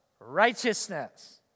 righteousness